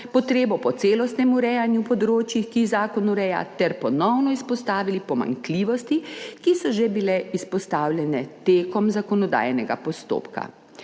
potrebo po celostnem urejanju področij, ki jih zakon ureja, ter ponovno izpostavili pomanjkljivosti, ki so že bile izpostavljene tekom zakonodajnega postopka.